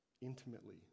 intimately